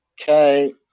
Okay